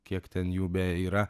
kiek ten jų beje yra